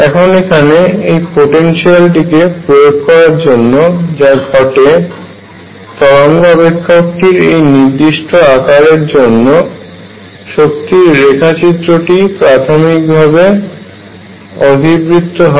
এখন এখানে এই পোটেনশিয়ালটিকে প্রয়োগ করার জন্য যা ঘটে প্রাথমিকভাবে তরঙ্গ অপেক্ষকটির এই নির্দিষ্ট আকৃতির জন্য শক্তির রেখাচিত্রটি অধিবৃত্ত হয়